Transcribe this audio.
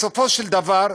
בסופו של דבר,